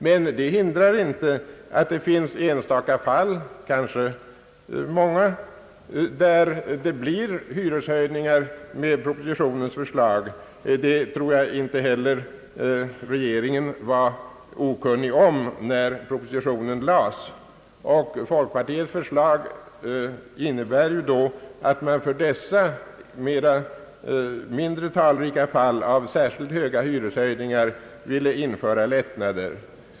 Men det hindrar inte att det finns enstaka fall, kanske många, där det blir stora hyreshöjningar som följd av propositionens förslag. Jag tror inte heller att regeringen var okunnig om detta när propositionen framlades. Folkpartiets förslag innebär ju att man för dessa relativt mindre talrika men måhända i absoluta tal dock icke fåtaliga fall av särskilt stora hyreshöjningar ville införa lättnader.